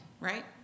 right